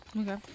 okay